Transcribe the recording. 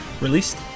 released